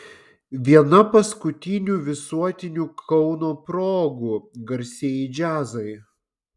viena paskutinių visuotinių kauno progų garsieji džiazai